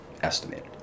estimated